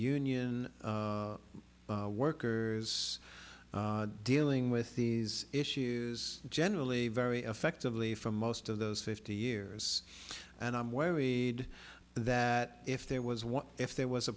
union workers dealing with these issues generally very effectively for most of those fifty years and i'm worried that if there was one if there was a